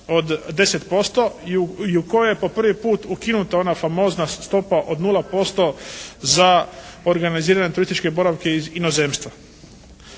od 10% i u kojoj je po prvi put ukinuta ona famozna stopa od 0% za organizirane turističke boravke iz inozemstva.